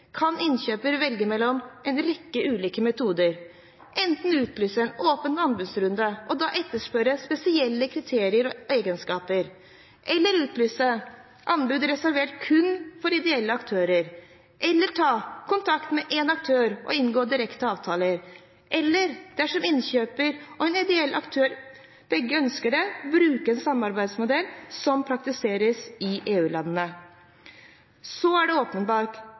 kan innkjøperen velge mellom en rekke metoder: enten utlyse en åpen anbudsrunde, og da etterspørre spesielle kriterier og egenskaper, eller utlyse anbud reservert kun for ideelle aktører, eller ta kontakt med en aktør og inngå direkte avtale, eller, dersom innkjøperen og en ideell aktør begge ønsker det, bruke en samarbeidsmodell som praktiseres i EU-landene. Så er det åpenbart